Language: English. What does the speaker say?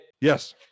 yes